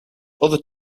other